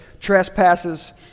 trespasses